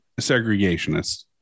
segregationist